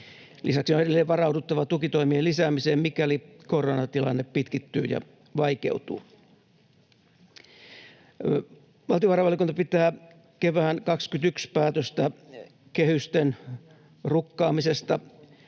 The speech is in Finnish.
Lisäksi on edelleen varauduttava tukitoimien lisäämiseen, mikäli koronatilanne pitkittyy ja vaikeutuu. Valtiovarainvaliokunta pitää kevään 21 päätöstä kehysten rukkaamisesta